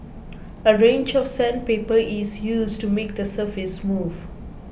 a range of sandpaper is used to make the surface smooth